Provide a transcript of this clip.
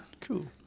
Cool